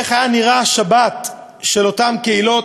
איך נראתה השבת של אותן קהילות,